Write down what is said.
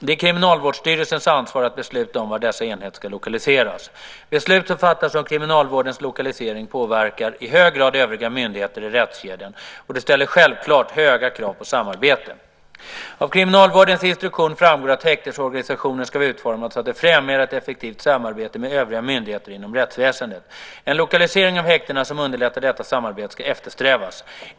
Det är Kriminalvårdsstyrelsens ansvar att besluta om var dessa enheter ska lokaliseras. Beslut som fattas om kriminalvårdens lokalisering påverkar i hög grad övriga myndigheter i rättskedjan och det ställer självklart höga krav på samarbete. Av kriminalvårdens instruktion framgår att häktesorganisationen ska vara utformad så att den främjar ett effektivt samarbete med övriga myndigheter inom rättsväsendet. En lokalisering av häktena som underlättar detta samarbete ska eftersträvas.